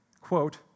quote